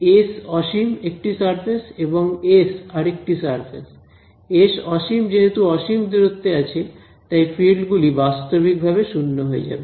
S অসীম একটি surface এবং এস আরেকটি সারফেস এস অসীম যেহেতু অসীম দূরত্বে আছে তাই ফিল্ড গুলি বাস্তবিকভাবে শূন্য হয়ে যাবে